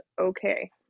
okay